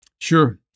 Sure